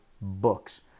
books